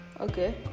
Okay